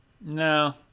No